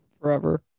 forever